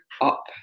up